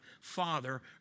Father